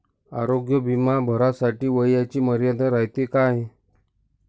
आरोग्य बिमा भरासाठी वयाची मर्यादा रायते काय?